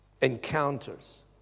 encounters